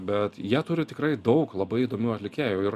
bet jie turi tikrai daug labai įdomių atlikėjų ir